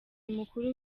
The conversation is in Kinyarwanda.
mukuru